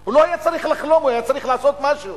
הוא לא היה צריך לחלום, הוא היה צריך לעשות משהו.